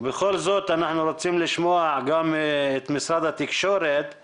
ובכל זאת אנחנו רוצים לשמוע גם את משרד התקשורת,